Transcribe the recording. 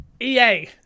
EA